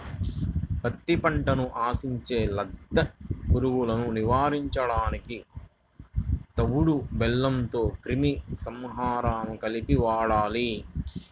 పత్తి పంటను ఆశించే లద్దె పురుగులను నివారించడానికి తవుడు బెల్లంలో క్రిమి సంహారకాలను కలిపి వాడాలి